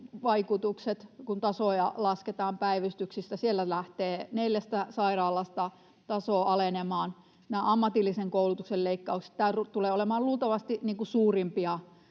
vaikutukset, kun tasoja lasketaan päivystyksistä. Siellä lähtee neljästä sairaalasta taso alenemaan. Nämä ammatillisen koulutuksen leikkaukset tulevat olemaan luultavasti suurimpia